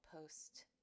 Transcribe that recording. post